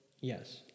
yes